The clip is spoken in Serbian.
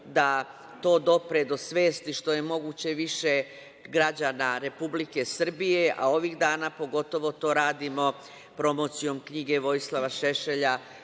da to dopre do svesti što je moguće više građana Republike Srbije, a ovih dana pogotovo to radimo promocijom knjige Vojislava Šešelja